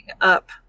up